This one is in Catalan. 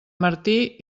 martí